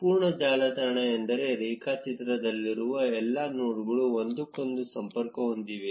ಸಂಪೂರ್ಣ ಜಾಲತಾಣ ಎಂದರೆ ರೇಖಾಚಿತ್ರನಲ್ಲಿರುವ ಎಲ್ಲಾ ನೋಡ್ಗಳು ಒಂದಕ್ಕೊಂದು ಸಂಪರ್ಕ ಹೊಂದಿವೆ